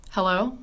Hello